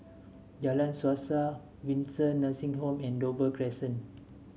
Jalan Suasa Windsor Nursing Home and Dover Crescent